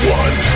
one